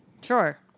Sure